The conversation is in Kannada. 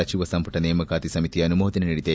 ಸಚಿವ ಸಂಪುಟದ ನೇಮಕಾತಿ ಸಮಿತಿ ಅನುಮೋದನೆ ನೀಡಿದೆ